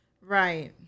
right